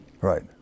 Right